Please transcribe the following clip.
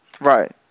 Right